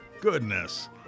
goodness